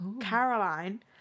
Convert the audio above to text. Caroline